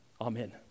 Amen